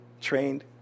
trained